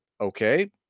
Okay